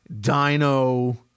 Dino